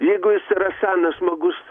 jeigu jis yra senas žmogus